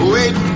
Wait